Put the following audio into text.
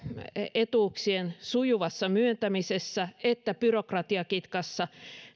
etuuksien sujuvassa myöntämisessä että byrokratiakitkassa